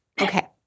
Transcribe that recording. Okay